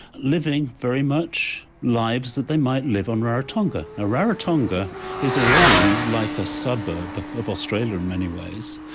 living very much lives that they might live in rarotonga. rarotonga is already like a suburb of australia in many ways,